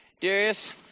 Darius